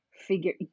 figure